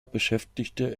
beschäftigte